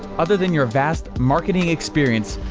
other than your vast marketing experience,